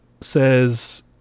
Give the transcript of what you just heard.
says